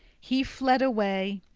he fled away,